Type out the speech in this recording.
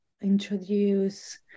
introduce